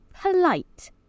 polite